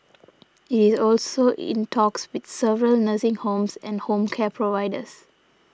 it is also in talks with several nursing homes and home care providers